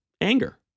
anger